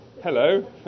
Hello